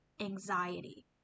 anxiety